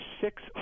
six